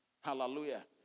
Hallelujah